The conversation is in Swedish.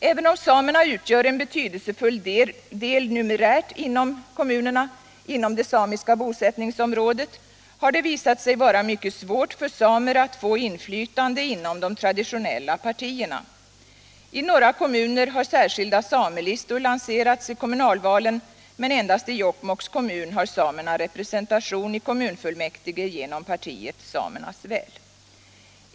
Även om samerna utgör en betydelsefull del numerärt inom kommunerna inom det samiska bosättningsområdet har det visat sig vara mycket svårt för samer att få inflytande inom de traditionella partierna. I några kommuner har särskilda samelistor lanserats i kommunalvalen men endast i Jokkmokks kommun har samerna representation i kommunfullmäktige genom partiet Samernas Väl.